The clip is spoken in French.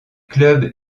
clubs